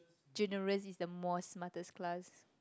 generous is the more smartest class